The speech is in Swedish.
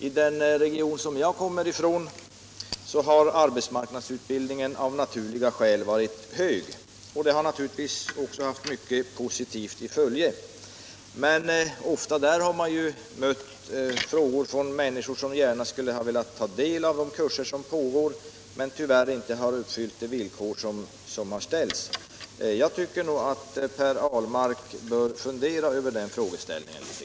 I den region som jag kommer ifrån har arbetsmarknadsutbildningen av naturliga skäl varit hög, och det har naturligtvis haft mycket positivt i följe. Men också där har jag ställts inför frågor från människor som gärna skulle ha velat ta del av de kurser som pågår men som tyvärr inte har uppfyllt de villkor som har ställts. Jag tycker att Per Ahlmark borde fundera litet över detta förhållande.